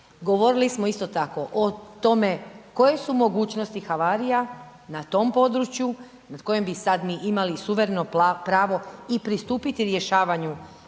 Govorili smo isto tako o tome koje su mogućnosti havarija na tom području nad kojim bi sad mi imali suvereno pravo i pristupiti rješavanju